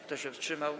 Kto się wstrzymał?